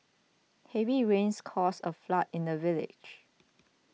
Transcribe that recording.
heavy rains caused a flood in the village